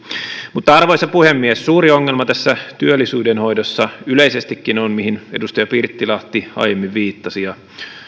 arvoisa puhemies suuri ongelma tässä työllisyyden hoidossa yleisestikin on siihen edustaja pirttilahti aiemmin viittasi ja